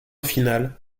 final